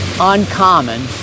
uncommon